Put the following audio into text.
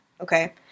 Okay